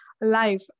life